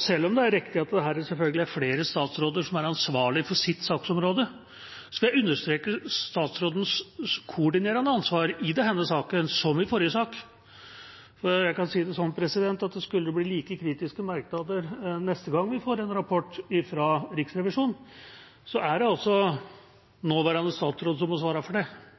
Selv om det er riktig at det selvfølgelig er flere statsråder som er ansvarlig for sitt saksområde, vil jeg understreke statsrådens koordinerende ansvar i denne saken, som i forrige sak. Jeg kan si det sånn at skulle det bli like kritiske merknader neste gang vi får en rapport fra Riksrevisjonen, er det altså nåværende statsråd som må svare for det,